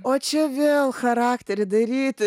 o čia vėl charakterį daryti